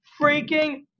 freaking